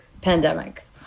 pandemic